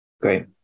Great